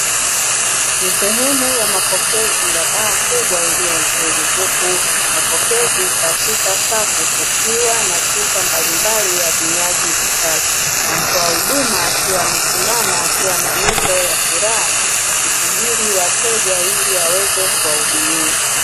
Ni sehemu ya mapokezi ya baa kubwa ilio nzuri, huku mapokezi katika safu kukiwa na chupa mbalimbali ya vinywaji vikali, na mtoa huduma akiwa amesimama akiwa na nyuso ya furaha, akisubiri wateja ili aweze kuwahudumia